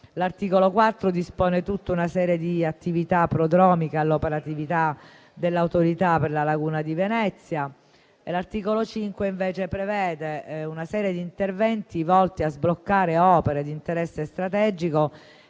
L'articolo 4 dispone tutta una serie di attività prodromiche all'operatività dell'Autorità per la laguna di Venezia. L'articolo 5, invece, prevede una serie di interventi volti a sbloccare opere di interesse strategico